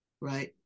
Right